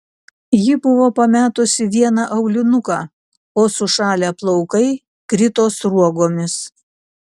ji buvo pametusi vieną aulinuką o sušalę plaukai krito sruogomis